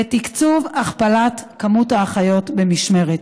ותקצוב הכפלה של מספר האחיות במשמרת.